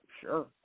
sure